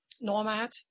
nomad